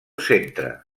centre